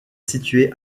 située